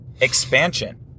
expansion